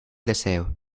deseo